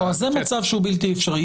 זה מצב שהוא בלתי אפשרי.